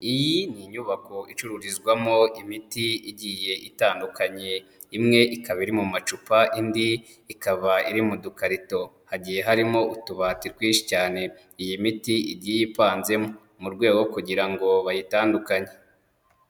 Iyi ni inyubako icururizwamo imiti igiye itandukanye, imwe ikaba iri mu macupa indi ikaba iri mu dukarito, hagiye harimo utubati twinshi cyane iyi miti igiye ipanzemo, mu rwego rwo kugira ngo bayitandukanye.